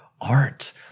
art